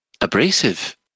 abrasive